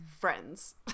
friends